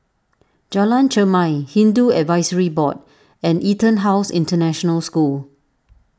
Jalan Chermai Hindu Advisory Board and EtonHouse International School